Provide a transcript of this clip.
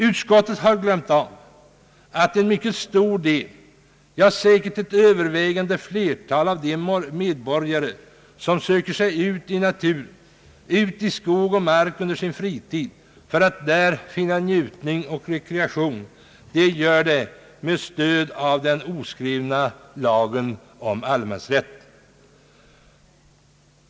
Utskottet har glömt att en mycket stor del — säkert ett övervägande flertal — av de medborgare som under sin fritid söker sig ut i naturen, ut i skog och mark för att där finna njutning och rekreation gör det med stöd av den oskrivna lagen om allemansrätten.